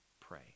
pray